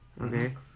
Okay